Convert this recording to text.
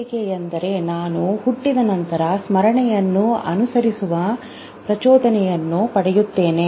ಮುಂದುವರಿಕೆ ಎಂದರೆ ನಾನು ಹುಟ್ಟಿದ ನಂತರ ಸ್ಮರಣೆಯನ್ನು ಅನುಸರಿಸುವ ಪ್ರಚೋದನೆಯನ್ನು ಪಡೆಯುತ್ತೇನೆ